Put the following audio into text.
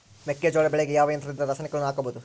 ಮೆಕ್ಕೆಜೋಳ ಬೆಳೆಗೆ ಯಾವ ಯಂತ್ರದಿಂದ ರಾಸಾಯನಿಕಗಳನ್ನು ಹಾಕಬಹುದು?